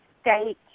state